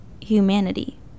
humanity